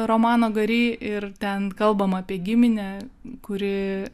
romaną gari ir ten kalbama apie giminę kuri